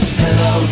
hello